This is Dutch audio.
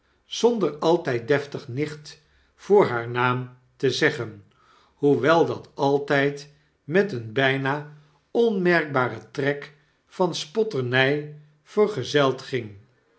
zonder altijd deftig nicht voor haar naam te zeggen hoewel dat altyd met een byna onmerkbaren trek van spotternij vergezeld ging